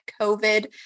COVID